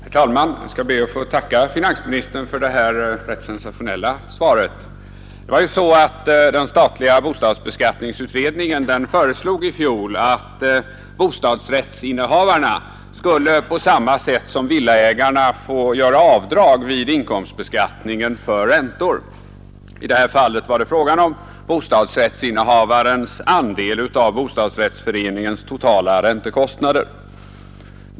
Herr talman! Jag ber att få tacka finansministern för det rätt sensationella svaret. Den statliga bostadsbeskattningsutredningen föreslog ju i fjol att bostadsrättsinnehavarna skulle på samma sätt som villaägarna få göra avdrag vid inkomstbeskattningen för räntor. I det här fallet var det fråga om bostadsrättsinnehavarens andel av bostadsrättsföreningens totala räntekostnader.